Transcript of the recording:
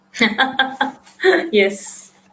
Yes